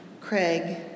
Craig